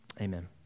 Amen